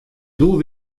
doe